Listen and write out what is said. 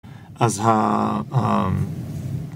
אז ה...